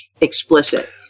explicit